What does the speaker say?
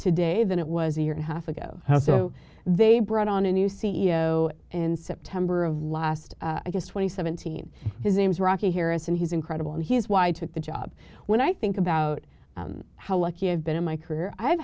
today than it was a year and a half ago now so they brought on a new c e o in september of last i guess twenty seventeen his name's rocky harris and he's incredible and he's why i took the job when i think about how lucky i have been in my career i've